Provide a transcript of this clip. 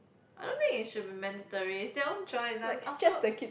I don't think it should be mandatory is their own choice I mean after all